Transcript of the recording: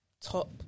top